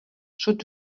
should